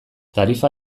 tarifa